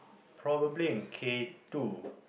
probably in K two